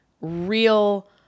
real